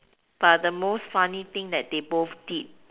but the most funny thing that they both did